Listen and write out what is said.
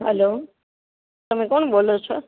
હાલો તમે કોણ બોલો છો